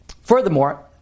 Furthermore